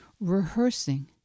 rehearsing